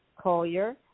Collier